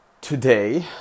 Today